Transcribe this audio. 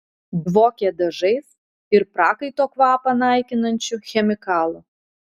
dvokė dažais ir prakaito kvapą naikinančiu chemikalu